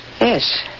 Yes